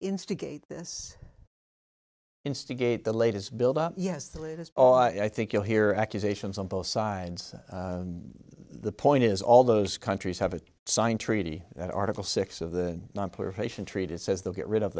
instigate this instigate the latest build up yes the latest oh i think you'll hear accusations on both sides the point is all those countries have a signed treaty that article six of the nonproliferation treaty says they'll get rid of